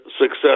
success